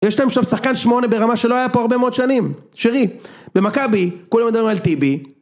יש להם שם שחקן שמונה ברמה שלא היה פה הרבה מאוד שנים, שירי, במכבי, כולם מדברים על טיבי